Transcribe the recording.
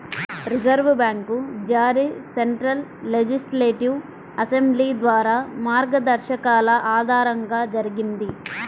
reserve bank జారీ central legislative assembly ద్వారా మార్గదర్శకాల ఆధారంగా జరిగింది